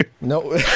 No